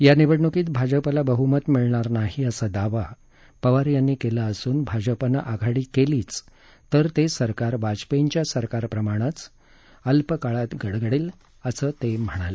या निवडणूकीत भाजपाला बह्मत मिळणार नाही असा दावा पवार यांनी केला असून भाजपाने आघाडी केलीच तर ते सरकार वाजपेयींच्या सरकारप्रमाणेच अल्प काळात गडगडेल असं ते म्हणाले